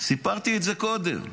סיפרתי את זה קודם.